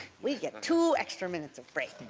we get two extra minutes of